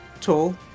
tall